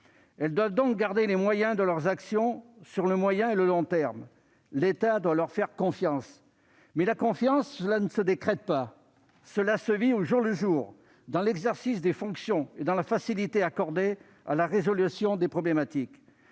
Elles doivent donc garder les moyens de leur action sur le moyen et le long terme. L'État doit leur faire confiance, mais, la confiance, cela ne se décrète pas : cela se vit au jour le jour, dans l'exercice des fonctions et dans la facilité accordée à la résolution des problématiques.